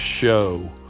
show